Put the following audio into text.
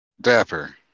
Dapper